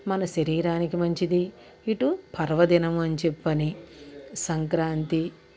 మన శరీరానికి మంచిది ఇటు పర్వదినం అని చెప్పాని సంక్రాంతి